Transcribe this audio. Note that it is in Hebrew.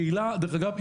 קהילה דרך אגב,